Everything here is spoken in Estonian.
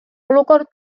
olukord